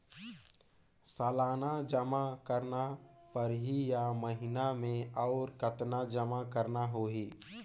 सालाना जमा करना परही या महीना मे और कतना जमा करना होहि?